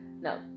no